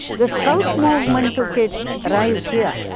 the scout movement took its rise here.